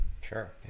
Sure